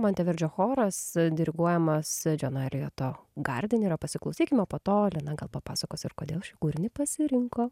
monteverdžio choras diriguojamas džono elijoto gardinerio pasiklausykim o po to lina gal papasakos ir kodėl šį kūrinį pasirinko